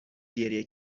گریه